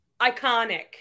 iconic